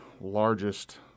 largest